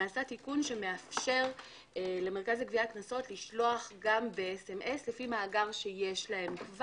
נעשה תיקון שמאפשר למרכז לגביית קנסות לשלוח גם בסמ"ס לפי מאגר שיש להם.